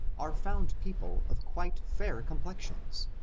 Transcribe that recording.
are found people of quite fair complexions,